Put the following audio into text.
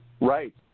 Right